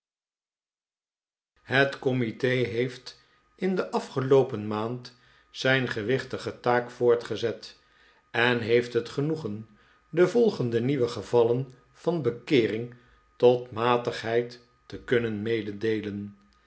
het comite heeft in de afgeloopen maand zijn gewichtige taak voortgezet en heeft het genoegen de volgende nieuwe gevallen van bekeering tot matigheid te kunnen mededeelen